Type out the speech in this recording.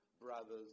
brothers